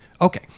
Okay